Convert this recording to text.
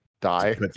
die